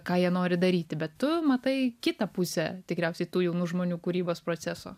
ką jie nori daryti bet tu matai kitą pusę tikriausiai tų jaunų žmonių kūrybos proceso